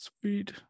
Sweet